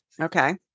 Okay